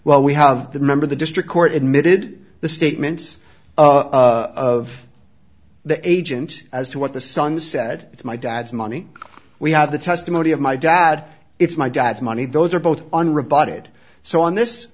well we have the member the district court admitted the statements of the agent as to what the son said it's my dad's money we have the testimony of my dad it's my dad's money those are both unrebutted so on this